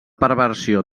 perversió